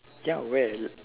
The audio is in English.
ya where